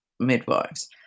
Midwives